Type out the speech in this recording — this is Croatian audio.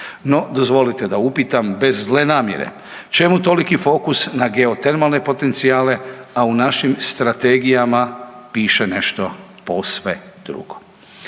No dozvolite da upitam bez zle namjere, čemu toliki fokus na geotermalne potencijale, a u našim strategijama piše nešto posve drugo?